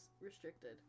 restricted